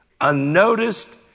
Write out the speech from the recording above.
unnoticed